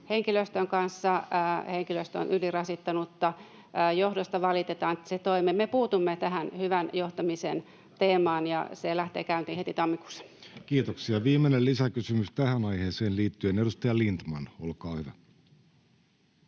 henkilöstön kanssa, henkilöstö on ylirasittunutta, johdosta valitetaan, että se ei toimi. Me puutumme tähän hyvän johtamisen teemaan, ja se lähtee käyntiin heti tammikuussa. Kiitoksia. — Viimeinen lisäkysymys tähän aiheeseen liittyen, edustaja Lindtman, olkaa hyvä.